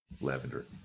lavender